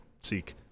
seek